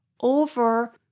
over